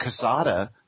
Casada